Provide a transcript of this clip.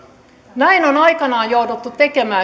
näin on aikanaan jouduttu tekemään myös